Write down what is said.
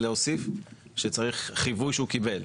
את מבקשת להוסיף שצריך חיווי שהוא קיבל,